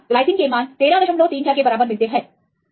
तो हमें यहां ग्लाइसिन के मान 1334 के बराबर मिलते हैं